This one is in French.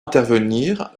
intervenir